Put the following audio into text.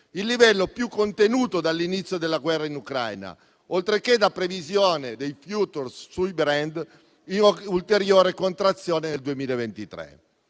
(il livello più contenuto dall'inizio della guerra in Ucraina), oltre che da previsione dei *futures* sui *brand* e un'ulteriore contrazione nel 2023.